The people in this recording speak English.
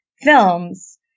films